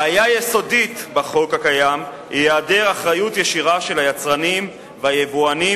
בעיה יסודית בחוק הקיים היא היעדר אחריות ישירה של היצרנים והיבואנים